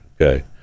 okay